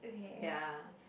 ya